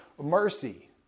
mercy